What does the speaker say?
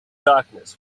darkness